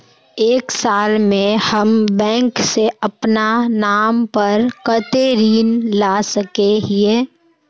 एक साल में हम बैंक से अपना नाम पर कते ऋण ला सके हिय?